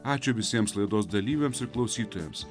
ačiū visiems laidos dalyviams ir klausytojams